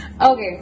Okay